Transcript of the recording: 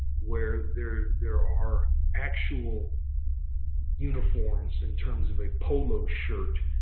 where there there are actual uniforms in terms of a polo shirt,